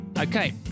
Okay